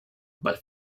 but